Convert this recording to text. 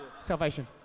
Salvation